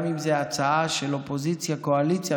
גם אם זאת הצעה של אופוזיציה וקואליציה,